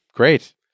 Great